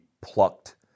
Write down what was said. plucked